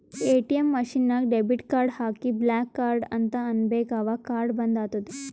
ATM machine ನಾಗ್ debit card ಹಾಕಿ block card ಅಂತ್ ಅನ್ಬೇಕ ಅವಗ್ ಕಾರ್ಡ ಬಂದ್ ಆತ್ತುದ್